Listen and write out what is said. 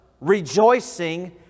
rejoicing